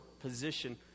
position